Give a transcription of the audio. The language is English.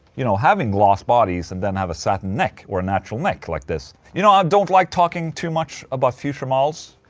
you know, having gloss bodies and then have a satin neck or a natural neck like this you know, i don't like talking too much about future models,